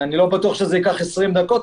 אני לא בטוח שזה ייקח 20 דקות,